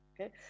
okay